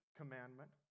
commandment